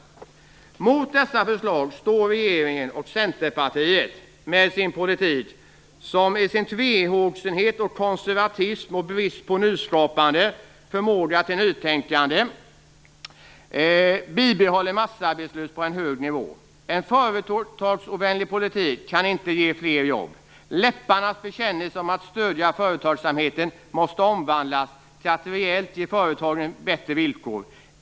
Mot dessa förslag står regeringen och Centerpartiet med sin politik som med sin tvehågsenhet, konservatism, brist på nyskapande och förmåga till nytänkande bibehåller massarbetslösheten på en hög nivå. En företagsovänlig politik kan inte ge fler jobb. Läpparnas bekännelse om att stödja företagsamheten måste omvandlas till att reellt ge företagen bättre villkor.